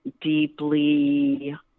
deeply